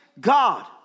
God